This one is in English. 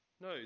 No